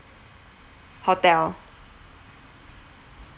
hotel